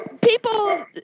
People